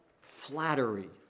flattery